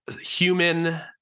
human